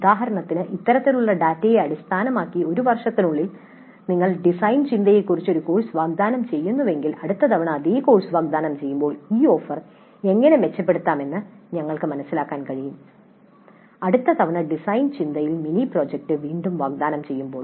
ഉദാഹരണത്തിന് ഇത്തരത്തിലുള്ള ഡാറ്റയെ അടിസ്ഥാനമാക്കി ഒരു വർഷത്തിനുള്ളിൽ നിങ്ങൾ ഡിസൈൻ ചിന്തയെക്കുറിച്ച് ഒരു കോഴ്സ് വാഗ്ദാനം ചെയ്യുന്നുവെങ്കിൽ അടുത്ത തവണ അതേ കോഴ്സ് വാഗ്ദാനം ചെയ്യുമ്പോൾ ഈ ഓഫർ എങ്ങനെ മെച്ചപ്പെടുത്താമെന്ന് ഞങ്ങൾക്ക് മനസിലാക്കാൻ കഴിയും അടുത്ത തവണ ഡിസൈൻ ചിന്തയിൽ മിനി പ്രോജക്റ്റ് വീണ്ടും വാഗ്ദാനം ചെയ്യുമ്പോൾ